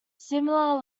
similar